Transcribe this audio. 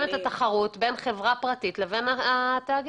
את התחרות בין חברה פרטית לבין התאגיד.